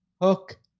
Hook